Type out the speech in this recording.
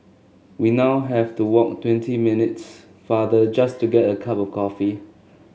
we now have to walk twenty minutes farther just to get a cup of coffee